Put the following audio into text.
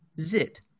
zit